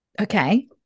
Okay